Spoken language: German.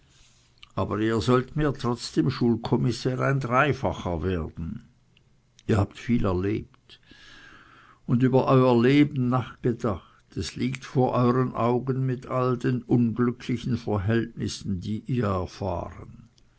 aber ihr sollt mir trotz dem schulkommissär ein dreifacher werden ihr habt viel erlebt und über euer leben nachgedacht es liegt vor euern augen mit all den unglücklichen verhältnissen die ihr erfahren